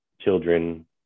children